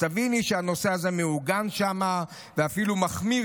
אז תביני שהנושא הזה מעוגן שם ואפילו מחמיר